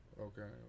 Okay